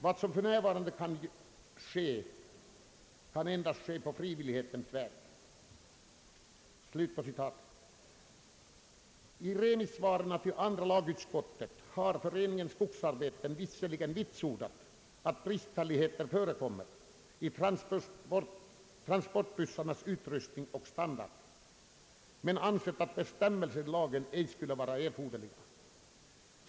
Vad som f.n. kan göras kan endast ske på frivillighetens väg.» I remissvar till andra lagutskottet har Föreningen <skogsarbeten visserligen vitsordat att bristfälligheter förekommer i transportbussarnas utrustning och standard men ansett att bestämmelser i lagen ej skulle vara erforderliga.